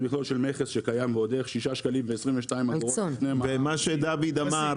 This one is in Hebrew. זה מכלול של מכס שקיים ועוד איך 6.22 ש"ח לפני מע"מ -- ומה שדוד אמר,